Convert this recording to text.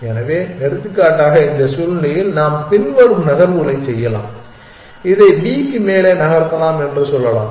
எனவே எடுத்துக்காட்டாக இந்த சூழ்நிலையில் நாம் பின்வரும் நகர்வுகளைச் செய்யலாம் இதை b க்கு மேலே நகர்த்தலாம் என்று சொல்லலாம்